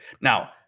Now